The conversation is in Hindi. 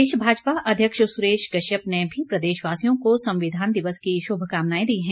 प्रदेश भाजपा अध्यक्ष सुरेश कश्यप ने भी प्रदेशवासियों को संविधान दिवस की शुभकामनाएं दी हैं